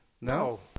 No